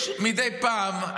יש מדי פעם,